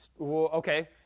Okay